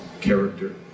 character